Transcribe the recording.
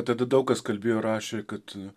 tada daug kas kalbėjo rašė kad